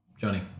Johnny